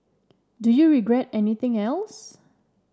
do you regret anything else